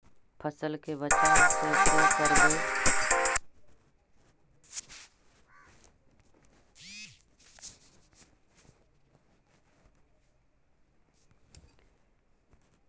फसल के बचाब कैसे करबय?